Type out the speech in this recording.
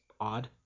odd